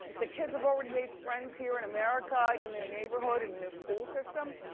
the kids have already made friends here in america and in their neighborhood and in their school system.